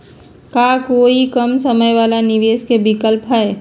का कोई कम समय वाला निवेस के विकल्प हई?